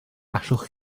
allwch